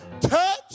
touch